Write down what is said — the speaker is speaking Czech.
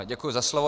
Děkuji za slovo.